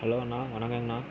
ஹலோண்ணா வணக்கங்கண்ணா